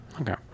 Okay